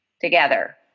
together